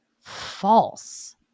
false